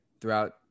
throughout